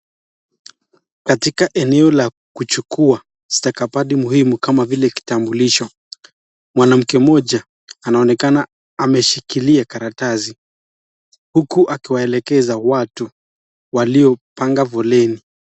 Katika eneo la kuchukua stakabadhi muhimu kama vile kitambulisho, mwanamke mmoja anaonekana ameshikilia karatasi, huku akiwaelekeza watu waliopanga foleni.